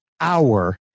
hour